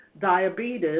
diabetes